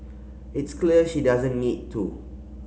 it's clear she doesn't need to